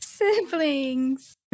Siblings